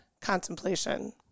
contemplation